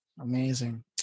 amazing